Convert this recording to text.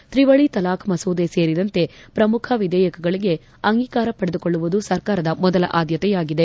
ತ್ರಿವಳಿ ತಲಾಖ್ ಮಸೂದೆ ಸೇರಿದಂತೆ ಪ್ರಮುಖ ವಿಧೇಯಕಗಳಿಗೆ ಅಂಗೀಕಾರ ಪಡೆದುಕೊಳ್ಳುವುದು ಸರ್ಕಾರದ ಮೊದಲ ಆದ್ಲತೆಯಾಗಿದೆ